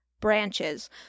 branches